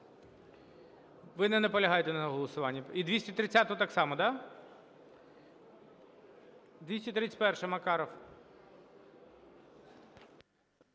Ви не наполягаєте на голосуванні? І 230-у так само, да? 231-а, Макаров.